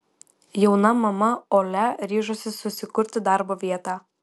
jauna mama olia ryžosi susikurti darbo vietą